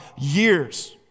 years